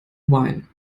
wine